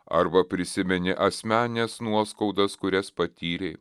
arba prisimeni asmenines nuoskaudas kurias patyrei